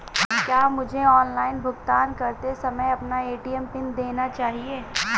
क्या मुझे ऑनलाइन भुगतान करते समय अपना ए.टी.एम पिन देना चाहिए?